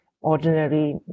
ordinary